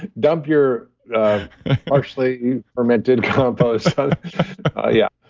dump your partially fermented compost yeah,